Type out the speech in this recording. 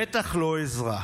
בטח לא עזרה.